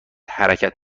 حرکت